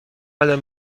ale